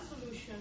solution